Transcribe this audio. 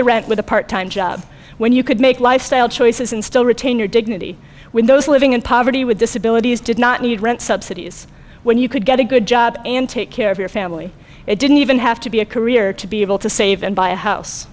the rent with a part time job when you could make lifestyle choices and still retain your dignity when those living in poverty with disabilities did not need rent subsidies when you could get a good job and take care of your family it didn't even have to be a career to be able to save and buy a house